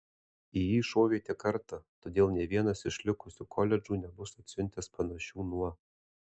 į jį šovė tik kartą todėl nė vienas iš likusių koledžų nebus atsiuntęs panašių nuo